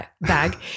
bag